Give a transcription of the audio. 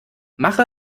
mache